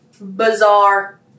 bizarre